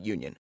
Union